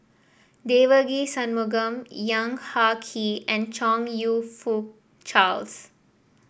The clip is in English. Devagi Sanmugam Yong Ah Kee and Chong You Fook Charles